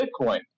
Bitcoin